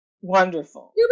Wonderful